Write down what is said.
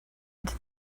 into